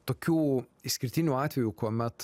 tokių išskirtinių atvejų kuomet